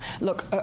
look